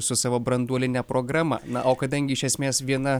su savo branduoline programa na o kadangi iš esmės viena